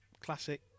classic